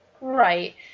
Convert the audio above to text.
right